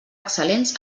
excel·lents